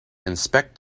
inspect